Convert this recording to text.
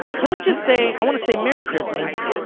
can we just say, i wanna say merry christmas,